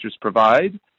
provide